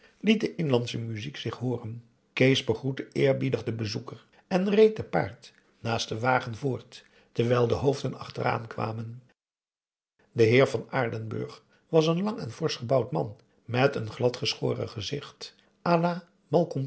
liet de inlandsche muziek zich hooren kees begroette eerbiedig den bezoeker en reed te paard naast den wagen voort terwijl de hoofden achteraan kwamen de heer van aardenburg was een lang en forsch gebouwd man met een gladgeschoren gezicht